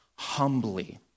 humbly